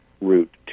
route